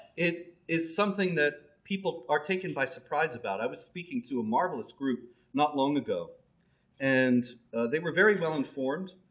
it is something that people are taken by surprise about. i was speaking to a marvelous group not long ago and they were very well-informed,